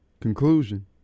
Conclusion